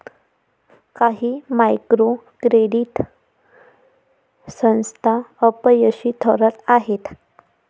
काही micro credit संस्था अपयशी ठरत आहेत